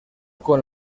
con